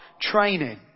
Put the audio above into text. training